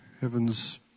heaven's